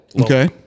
Okay